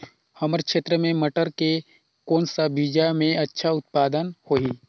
हमर क्षेत्र मे मटर के कौन सा बीजा मे अच्छा उत्पादन होही?